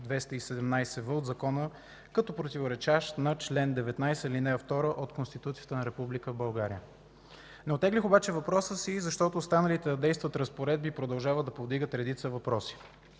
чл.217в от Закона, като противоречащ на чл. 19, ал. 2 от Конституцията на Република България. Не оттеглих обаче въпроса си, защото останалите да действат разпоредби продължават да повдигат редица въпроси.